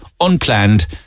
unplanned